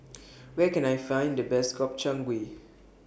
Where Can I Find The Best Gobchang Gui